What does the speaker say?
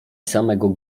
samego